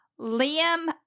Liam